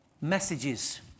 messages